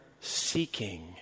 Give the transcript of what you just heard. seeking